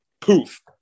poof